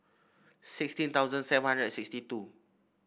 sixteen thousand seven hundred and sixty two